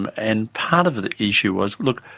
and and part of the issue was, look,